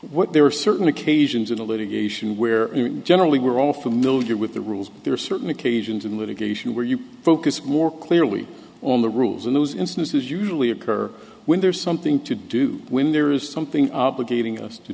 what there are certain occasions in a litigation where generally we're all familiar with the rules but there are certain occasions in litigation where you focus more clearly on the rules in those instances usually occur when there is something to do when there is something obligating us to